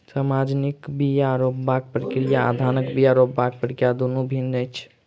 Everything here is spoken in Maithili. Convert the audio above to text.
सजमनिक बीया रोपबाक प्रक्रिया आ धानक बीया रोपबाक प्रक्रिया दुनु भिन्न अछि